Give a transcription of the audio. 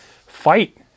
fight